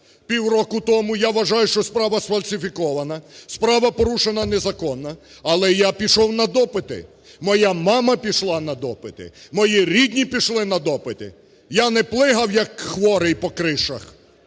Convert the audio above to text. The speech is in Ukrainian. півроку тому, я вважаю, що справа сфальсифікована, справа порушена незаконно, але я пішов на допити, моя мама пішла на допити, мої рідні пішли на допити, я не плигав, як хворий, по кришах,